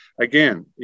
again